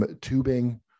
tubing